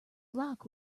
lock